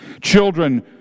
Children